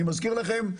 אני מזכיר לכם,